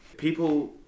people